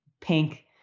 pink